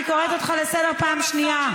אני קוראת אותך לסדר פעם שנייה.